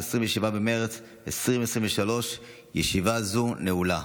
27 במרץ 2023. ישיבה זו נעולה.